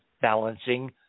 balancing